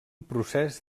procés